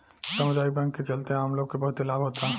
सामुदायिक बैंक के चलते आम लोग के बहुत लाभ होता